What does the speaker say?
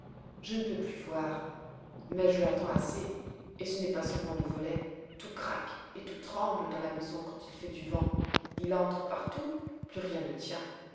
je ne peux plus voir mais je l'entends assez et ce n'est pas seulement le volet tout craque et tout tremble dans la maison quand il fait du vent il entre partout plus rien ne tient